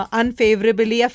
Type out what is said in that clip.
unfavorably